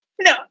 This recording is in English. No